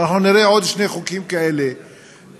אנחנו נראה עוד שני חוקים כאלה הלילה.